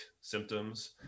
symptoms